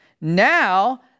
Now